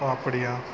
ஓ அப்படியா